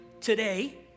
today